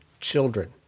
children